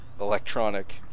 electronic